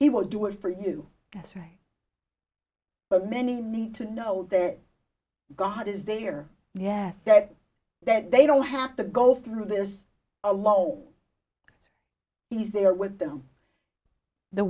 he will do it for you that's right but many need to know that god is there yeah said that they don't have to go through this alone he's there with them the